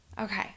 Okay